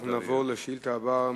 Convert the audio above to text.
אנחנו נעבור לשאילתא הבאה,